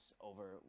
over